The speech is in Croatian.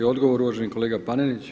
Odgovor uvaženi kolega Panenić.